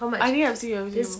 I think I've seen the video